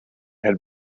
had